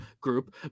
group